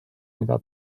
mida